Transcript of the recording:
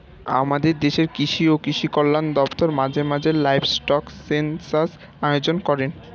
আমাদের দেশের কৃষি ও কৃষি কল্যাণ দপ্তর মাঝে মাঝে লাইভস্টক সেন্সাস আয়োজন করেন